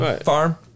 farm